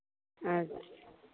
अच्छा